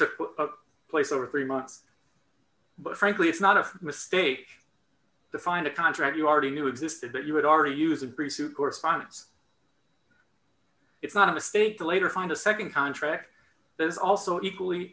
took place over three months but frankly it's not a mistake to find a contract you already knew existed but you would already use a brief suit correspondence it's not a mistake to later find a nd contract there's also equally